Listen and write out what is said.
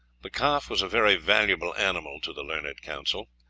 the calf was a very valuable animal to the learned counsel.